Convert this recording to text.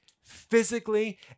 physically